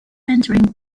entering